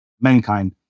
mankind